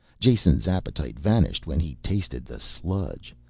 jason's appetite vanished when he tasted the sludge.